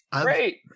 Great